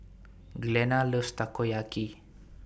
Glenna loves Takoyaki